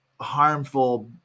harmful